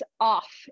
off